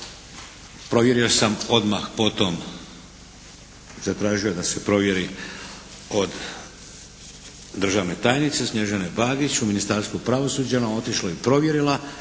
Provjerio sam odmah potom, zatražio da se provjeri od državne tajnice Snježane Bagić u Ministarstvu pravosuđa. Ona je otišla i provjerila